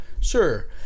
sure